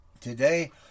Today